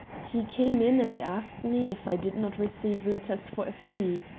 he came in and asked me if i did not receive letters for a fee.